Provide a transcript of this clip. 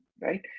right